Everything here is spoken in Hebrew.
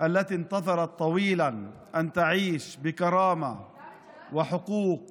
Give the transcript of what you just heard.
שהמתינו תקופה ארוכה כדי לחיות עם כבוד וזכויות